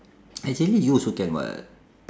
actually you also can [what]